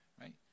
right